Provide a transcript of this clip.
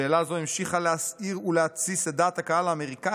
שאלה זו המשיכה להסעיר ולהתסיס את דעת הקהל האמריקאית